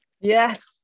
Yes